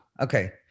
Okay